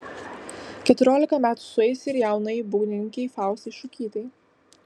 keturiolika metų sueis ir jaunajai būgnininkei faustai šukytei